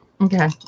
Okay